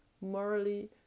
morally